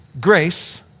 Grace